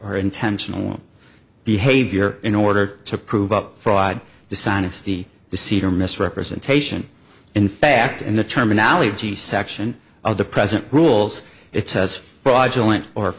or intentional behavior in order to prove up fraud dishonesty the seizure misrepresentation in fact in the terminology section of the present rules it says